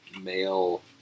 male